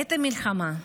בעת המלחמה,